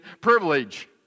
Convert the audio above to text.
privilege